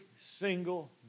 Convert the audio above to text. single